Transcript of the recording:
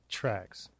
tracks